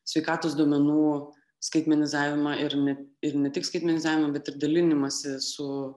sveikatos duomenų skaitmenizavimą ir ne ir ne tik skaitmenizavimą bet ir dalinimąsi su